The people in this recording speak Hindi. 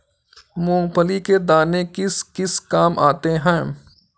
मूंगफली के दाने किस किस काम आते हैं?